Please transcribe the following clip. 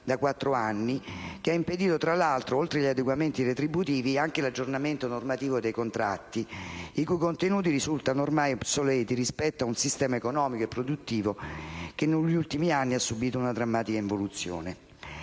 da quattro anni e che ha impedito, oltre gli adeguamenti retributivi, anche l'aggiornamento normativo dei contratti, i cui contenuti risultano ormai obsoleti rispetto ad un sistema economico e produttivo che negli ultimi anni ha subito una drammatica involuzione.